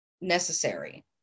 necessary